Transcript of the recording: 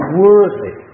worthy